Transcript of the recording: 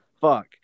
fuck